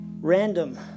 Random